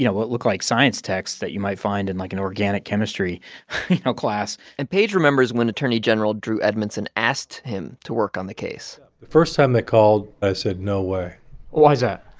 you know what look like science texts that you might find in, like, an organic chemistry, you know, class and page remembers when attorney general drew edmondson asked him to work on the case the first time they called, i said, no way why is that?